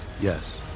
Yes